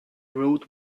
road